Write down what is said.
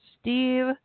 Steve